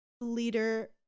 leader